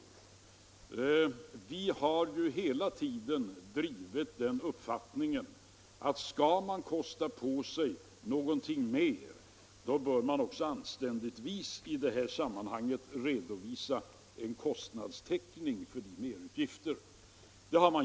Vi har ju hela tiden drivit den uppfattningen, att skall man kosta på sig någonting mer bör man också anständigtvis redovisa en kostnadstäckning för merutgifterna.